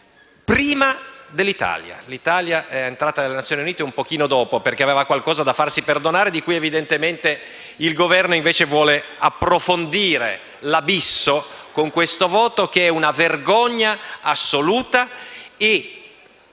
prima dell'Italia. L'Italia è entrata nelle Nazioni Unite un po' dopo, perché aveva qualcosa da farsi perdonare, quell'abisso che evidentemente il Governo vuole approfondire con questo voto, che è una vergogna assoluta.